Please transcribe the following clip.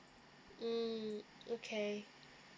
mm okay